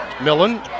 Millen